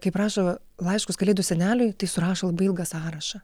kaip rašo laiškus kalėdų seneliui tai surašo labai ilgą sąrašą